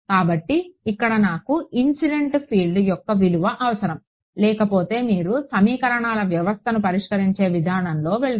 కాబట్టి ఇక్కడ నాకు ఇన్సిడెంట్ ఫీల్డ్ యొక్క విలువ అవసరం లేకపోతే మీరు సమీకరణాల వ్యవస్థను పరిష్కరించే విధానంలోకి వెళతారు